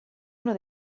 uno